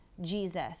Jesus